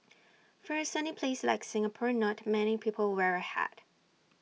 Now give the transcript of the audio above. for A sunny place like Singapore not many people wear A hat